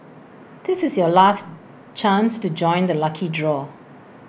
this is your last chance to join the lucky draw